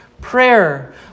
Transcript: Prayer